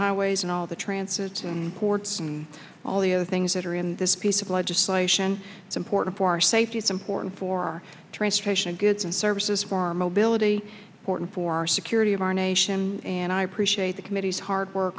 highways and all the trances ports and all the other things that are in this piece of legislation it's important for our safety it's important for transportation of goods and services for mobility porton for our security of our nation and i appreciate the committee's hard work